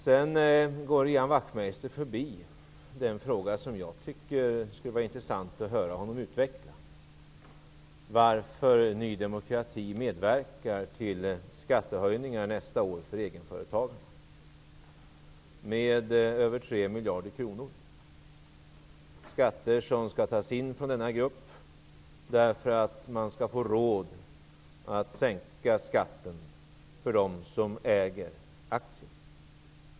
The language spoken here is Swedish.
Sedan går Ian Wachtmeister förbi den fråga som jag tycker att det skulle vara intressant att höra honom utveckla: Varför medverkar Ny demokrati till skattehöjningar för egenföretagare med över 3 miljarder kronor nästa år? Dessa skatter skall tas in från denna grupp därför att man skall få råd att sänka skatten för dem som äger aktier.